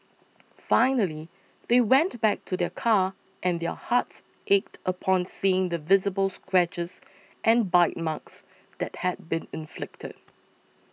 finally they went back to their car and their hearts ached upon seeing the visible scratches and bite marks that had been inflicted